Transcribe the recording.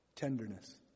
tenderness